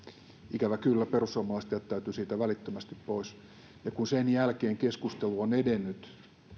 ikävä kyllä perussuomalaiset jättäytyivät siitä välittömästi pois ja kun sen jälkeen keskustelu on edennyt